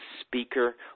speaker